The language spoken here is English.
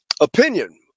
opinion